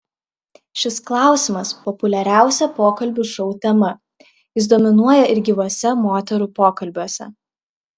šis klausimas populiariausia pokalbių šou tema jis dominuoja ir gyvuose moterų pokalbiuose